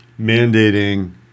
mandating